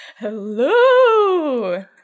Hello